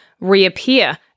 reappear